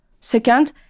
Second